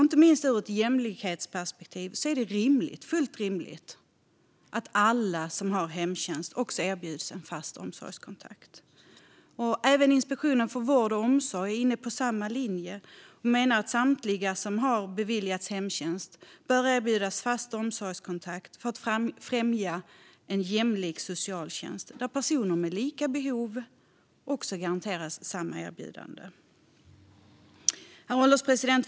Inte minst ur ett jämlikhetsperspektiv är det fullt rimligt att alla som har hemtjänst också erbjuds en fast omsorgskontakt. Inspektionen för vård och omsorg är inne på samma linje och menar att samtliga som har beviljats hemtjänst bör erbjudas en fast omsorgskontakt - detta för att främja en jämlik socialtjänst där personer med lika behov garanteras samma erbjudande. Herr ålderspresident!